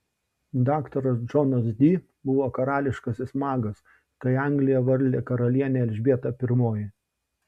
daktaras džonas di buvo karališkasis magas kai angliją valdė karalienė elžbieta i